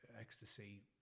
ecstasy